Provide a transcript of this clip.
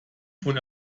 von